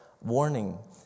warning